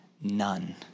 none